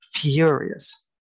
furious